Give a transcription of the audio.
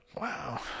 Wow